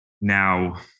now